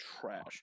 trash